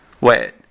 wait